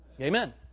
Amen